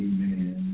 Amen